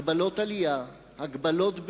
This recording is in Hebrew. הגבלות עלייה, הגבלות בנייה,